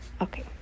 Okay